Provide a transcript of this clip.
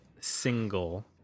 single